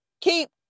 keep